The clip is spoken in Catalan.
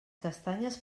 castanyes